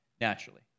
naturally